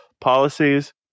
policies